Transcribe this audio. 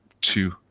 two